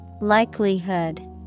Likelihood